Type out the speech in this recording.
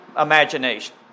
imagination